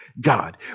God